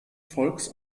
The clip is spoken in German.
volks